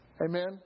Amen